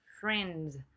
friends